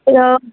या